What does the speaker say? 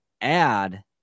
add